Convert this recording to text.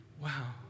wow